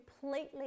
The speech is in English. completely